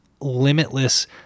limitless